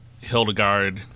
Hildegard